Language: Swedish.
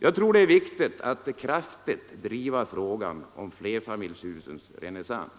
Jag tror att det är viktigt att kraftigt driva frågan om flerfamiljshusens renässans.